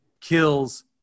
kills